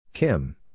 Kim